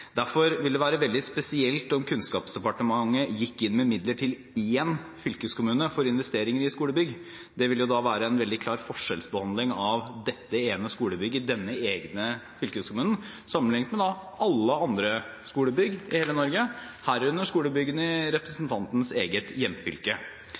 Derfor ville det være veldig spesielt om Kunnskapsdepartementet gikk inn med midler til én fylkeskommune for investeringer i skolebygg. Det ville jo være en veldig klar forskjellsbehandling av dette ene skolebygget, denne ene fylkeskommunen, sammenlignet med alle andre skolebygg i hele Norge, herunder skolebyggene i